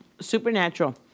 Supernatural